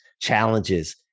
challenges